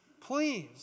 Please